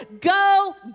Go